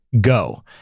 Go